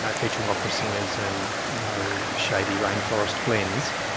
and featuring opera singers and you know shady rainforest glens,